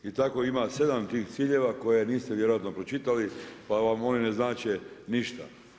I tako ima 7 tih ciljeva koje niste vjerojatno pročitali pa vam oni ne znače ništa.